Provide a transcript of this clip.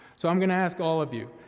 so i'm gonna ask all of you,